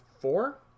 four